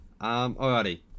Alrighty